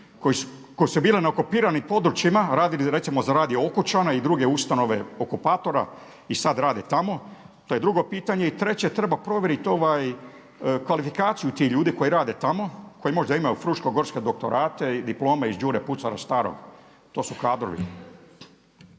koji su bili na okupiranim područjima radili, recimo za radio Okučane i druge ustanove okupatora i sad rade tamo. To je drugo pitanje. I treće, treba provjerit kvalifikaciju tih ljudi koji rade tamo, koji možda imaju fruškogorske doktorate, diplome iz Đure Pucara starog. To su kadrovi.